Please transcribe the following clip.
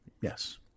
Yes